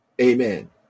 Amen